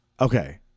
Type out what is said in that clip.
Okay